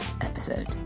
episode